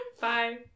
Bye